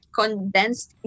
condensed